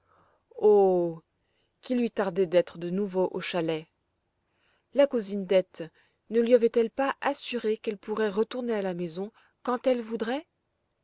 oh qu'il lui tardait d'être de nouveau au chalet la cousine dete ne lui avait-elle pas assuré qu'elle pourrait retourner à la maison quand elle voudrait